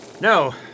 No